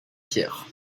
pierre